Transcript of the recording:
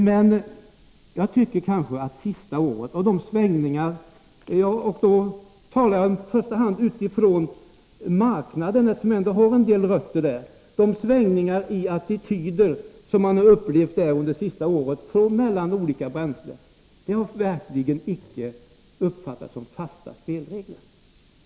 Men det senaste årets svängningar i attityderna mellan olika bränslen — jag talar nu med Om utnyttjandet av erfarenhet från marknaden, eftersom jag har en del rötter där — har verkligen — inhemsk skogsicke uppfattats som fasta spelregler.